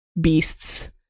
beasts